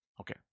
Okay